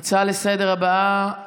ההצעה לסדר-היום הבאה היא בנושא: